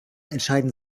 entscheiden